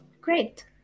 Great